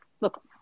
look